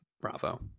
Bravo